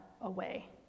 away